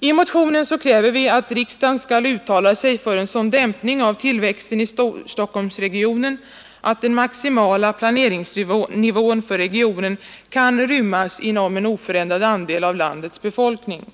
I motionen kräver vi att riksdagen skall uttala sig för en sådan dämpning av tillväxten inom Storstockholmsregionen att den maximala planeringsnivån för regionen kan rymmas inom en oförändrad andel av landets befolkning.